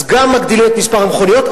אז גם מגדילים את מספר המכוניות,